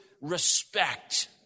respect